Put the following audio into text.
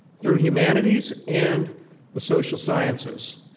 through humanities, and the social sciences.